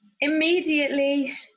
immediately